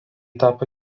tapo